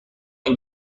این